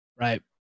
Right